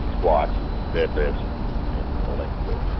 squats and deadlifts and and olympic lifts.